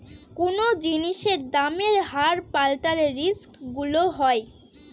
কোনো জিনিসের দামের হার পাল্টালে রিস্ক গুলো হয়